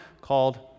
called